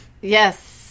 Yes